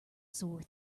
sore